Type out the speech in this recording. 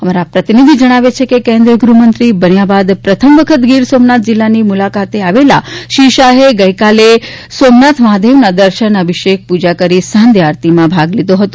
અમારા પ્રતિનિધિ જણાવે છે કે કેન્દ્રીય ગૃહ્મંત્રી બન્યા બાદ પ્રથમ વખત ગીર સોમનાથ જિલ્લાની મુલાકાતે આવેલા શ્રી શાફે ગઈકાલે સોમનાથ મહાદેવના દર્શન અભિષેક પૂજા કરી સાંધ્ય આરતીમાં ભાગ લીધો હતો